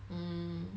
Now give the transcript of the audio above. mm